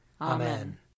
Amen